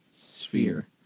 sphere